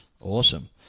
Awesome